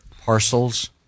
parcels